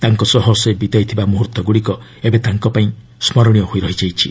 ତାଙ୍କ ସହ ସେ ବିତାଇଥିବା ମୁହର୍ତ୍ତଗୁଡ଼ିକ ଏବେ ତାଙ୍କ ପାଇଁ ସ୍କରଣୀୟ ହୋଇ ରହିଯାଇଛି